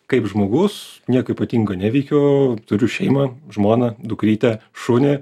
kaip žmogus nieko ypatingo neveikiu turiu šeimą žmoną dukrytę šunį